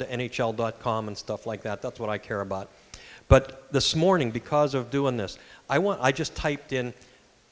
into n h l dot com and stuff like that that's what i care about but this morning because of doing this i want i just typed in